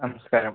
നമസ്കാരം